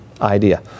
idea